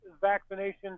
vaccination